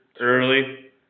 early